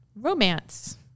romance